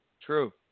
True